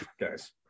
guys